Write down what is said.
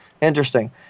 Interesting